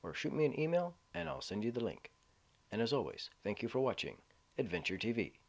or shoot me an email and i'll send you the link and as always thank you for watching adventure t